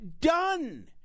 done